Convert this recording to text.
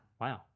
Wow